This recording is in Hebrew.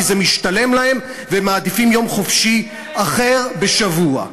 כי זה משתלם להם והם מעדיפים יום חופשי אחר בשבוע.